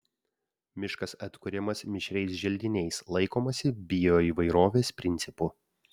miškas atkuriamas mišriais želdiniais laikomasi bioįvairovės principų